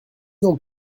ans